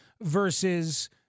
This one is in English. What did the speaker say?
versus –